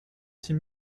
six